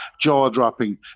jaw-dropping